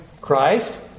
Christ